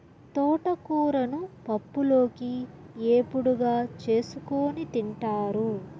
తోటకూరను పప్పులోకి, ఏపుడుగా చేసుకోని తింటారు